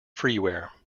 freeware